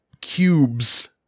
cubes